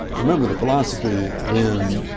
remember the philosophy then,